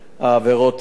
העבירות הן